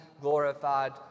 glorified